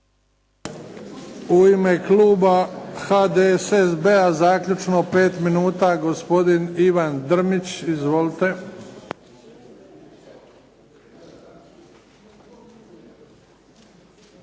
U ime kluba HDSSB-a zaključno 5 minuta gospodin Ivan Drmić. Izvolite.